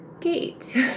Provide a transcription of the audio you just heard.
gate